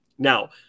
Now